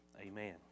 Amen